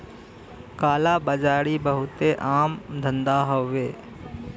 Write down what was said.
काला बाजारी बहुते आम धंधा हउवे